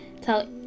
Tell